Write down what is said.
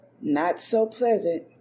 not-so-pleasant